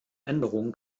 änderungen